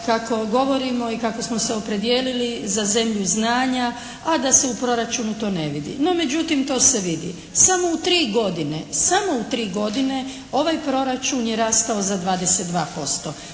kako govorimo i kako smo se opredijelili za zemlju znanja, a da se u proračunu to ne vidi. No međutim to se vidi. Samo u 3 godine, samo u 3 godine ovaj proračun je rastao za 22%.